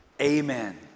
Amen